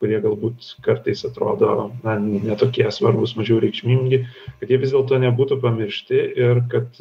kurie galbūt kartais atrodo na ne tokie svarbūs mažiau reikšmingi kad jie vis dėlto nebūtų pamiršti ir kad